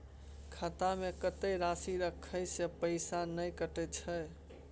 खाता में कत्ते राशि रखे से पैसा ने कटै छै?